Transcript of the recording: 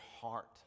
heart